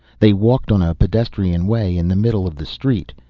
they walked on a pedestrian way in the middle of the street.